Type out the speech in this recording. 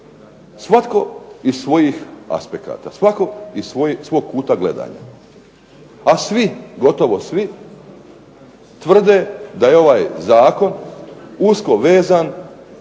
svatko iz svojih aspekata, svatko iz svog kuta gledanja a svi, gotovo svi tvrde da je ovaj zakon usko vezan